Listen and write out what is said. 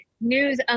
news